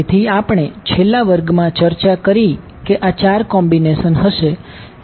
તેથી આપણે છેલ્લા વર્ગ માં ચર્ચા કરી કે આ 4 કોમ્બિનેશન હશે